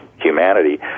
humanity